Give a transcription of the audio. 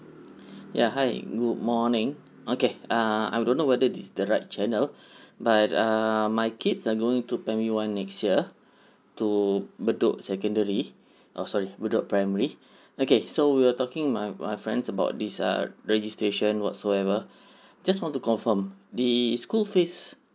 ya hi good morning okay err I don't know whether this is the right channel but err my kids are going to primary one next year to bedok secondary oh sorry bedok primary okay so we were talking my my friends about this uh registration whatsoever just want to confirm the school fees